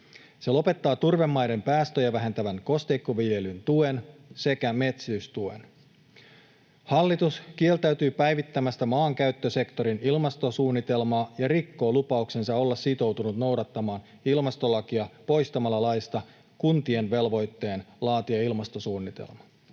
Se lopettaa turvemaiden päästöjä vähentävän kosteikkoviljelyn tuen sekä metsitystuen. Hallitus kieltäytyy päivittämästä maankäyttösektorin ilmastosuunnitelmaa ja rikkoo lupauksensa olla sitoutunut noudattamaan ilmastolakia poistamalla laista kuntien velvoitteen laatia ilmastosuunnitelma.